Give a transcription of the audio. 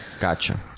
Gotcha